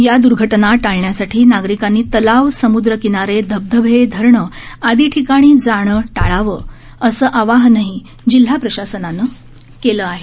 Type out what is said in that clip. या द्र्घटना टाळण्यासाठी नागरिकांनी तलाव समूद्र किनारे धबधबे धरणं आदी ठिकाणी जाणं टाळावे असं आवाहनही जिल्हा प्रशासनाने केलं आहे